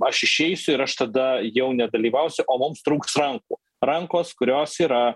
aš išeisiu ir aš tada jau nedalyvausiu o mums trūks rankų rankos kurios yra